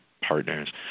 partners